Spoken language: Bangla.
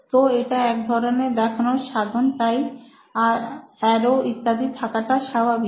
তো এটা এক ধরনের দেখানোর সাধন তাই অ্যারো ইত্যাদি থাকাটা স্বাভাবিক